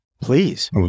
please